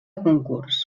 concurs